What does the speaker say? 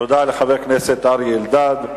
תודה לחבר הכנסת אריה אלדד.